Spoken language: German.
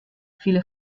viele